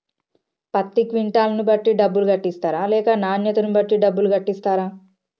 పత్తి క్వింటాల్ ను బట్టి డబ్బులు కట్టిస్తరా లేక నాణ్యతను బట్టి డబ్బులు కట్టిస్తారా?